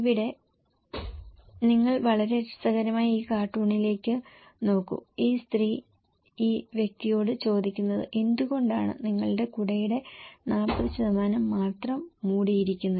ഇവിടെ പോലെ നിങ്ങൾ വളരെ രസകരമായ ഈ കാർട്ടൂണിലേക്ക് നോക്കൂ ഈ സ്ത്രീ ഈ വ്യക്തിയോട് ചോദിക്കുന്നത് എന്തുകൊണ്ടാണ് നിങ്ങളുടെ കുടയുടെ 40 മാത്രം മൂടിയിരിക്കുന്നത്